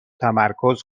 تمرکز